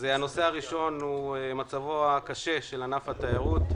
הנושא הראשון שעל סדר היום הוא מצבו הקשה של ענף התיירות,